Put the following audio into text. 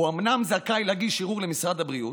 הוא אומנם זכאי להגיש ערעור למשרד הבריאות,